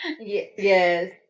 Yes